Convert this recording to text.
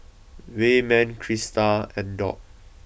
Wayman Crysta and Dock